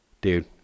Dude